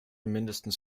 mindestens